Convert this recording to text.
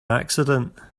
accident